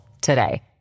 today